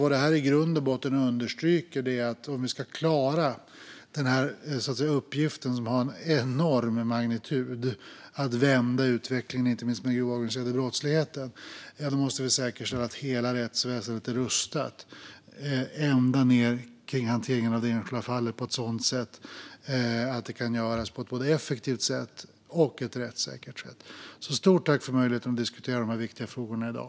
Vad detta i grund och botten understryker är följande: Om vi ska klara denna uppgift, som har en enorm magnitud, och vända utvecklingen inte minst när det gäller den grova organiserade brottsligheten måste vi säkerställa att hela rättsväsendet är rustat, ända ned till hanteringen av det enskilda fallet, på ett sådant sätt att det kan göras på ett både effektivt och rättssäkert sätt. Stort tack för möjligheten att diskutera de här viktiga frågorna i dag!